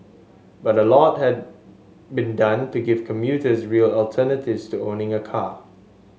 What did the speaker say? but a lot had been done to give commuters real alternatives to owning a car